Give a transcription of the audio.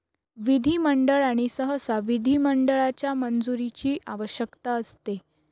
विधिमंडळ आणि सहसा विधिमंडळाच्या मंजुरीची आवश्यकता असते